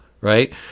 right